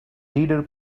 leader